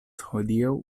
hodiaŭ